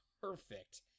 perfect